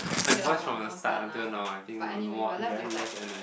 okay lah we are almost done lah but anyway we are left with like